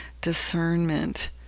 discernment